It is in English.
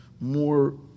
more